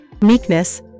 meekness